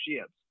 ships